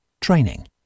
training